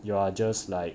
you are just like